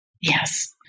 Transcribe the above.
Yes